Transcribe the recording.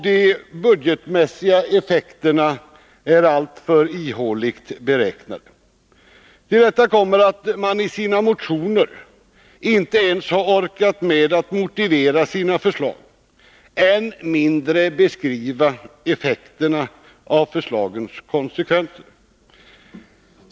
De budgetmässiga effekterna är alltför ihåligt beräknade. Till detta kommer att man i motionerna inte ens har orkat med att motivera sina förslag, än mindre beskriva effekterna av förslagens konsekvenser.